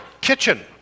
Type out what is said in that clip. kitchen